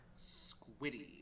Squiddy